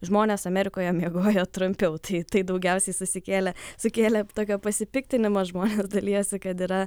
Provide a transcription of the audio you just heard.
žmonės amerikoje miegojo trumpiau tai tai daugiausiai susikėlė sukėlė tokio pasipiktinimo žmonės dalijasi kad yra